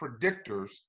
predictors